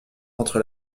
entre